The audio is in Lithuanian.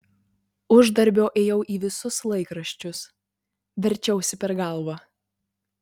uždarbio ėjau į visus laikraščius verčiausi per galvą